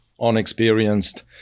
unexperienced